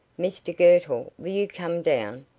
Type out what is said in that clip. mr girtle, will you come down?